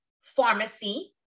pharmacy